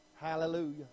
Hallelujah